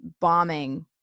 bombing